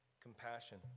compassion